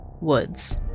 woods